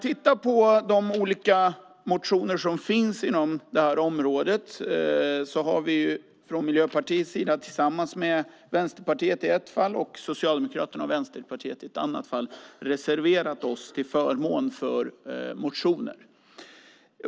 Från Miljöpartiets sida har vi tillsammans med Vänsterpartiet i ett fall och tillsammans med Socialdemokraterna och Vänsterpartiet i ett annat fall reserverat oss till förmån för motioner.